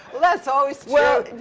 that's always